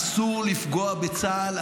אסור לפגוע בצה"ל.